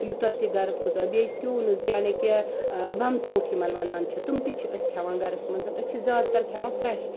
یوٗتاہ تہِ گَرس منٛز بیٚیہِ چھُ ٹِیوٗنٕز یعنی کہِ بَمژوٗنٛٹھۍ یِمن وَنان چھِ تِم تہِ چھِ أسۍ کھیٚوان گَرَس منٛز أسی چھِ زیادٕ تر کھیٚوان فریٚش